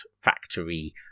factory